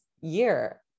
year